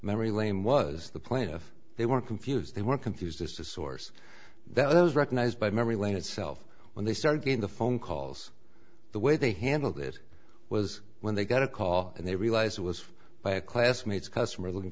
memory lane was the plan if they were confused they were confused as to source that was recognized by memory lane itself when they started in the phone calls the way they handled it was when they got a call and they realized it was by a classmate's customer looking